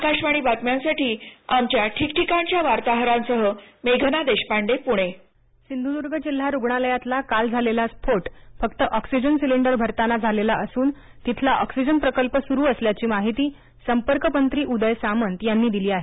आकाशवाणी बातम्यांसाठी आमच्या वार्ताहरांसह मेघना देशपांडे पुणे सिंधुद्र्ग ऑक्सीजन सिंधुदूर्ग जिल्हा रुग्णलयातला काल झालेला स्फोट फक्त ऑक्सीजन सिलिंडर भरताना झालेला असून तिथला ऑक्सिजन प्रकल्प सुरू असल्याची माहिती संपर्कमंत्री उदय सामंत यांनी दिली आहे